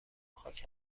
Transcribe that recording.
خاک